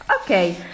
Okay